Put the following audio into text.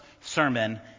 sermon